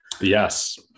Yes